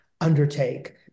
undertake